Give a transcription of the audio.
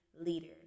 leaders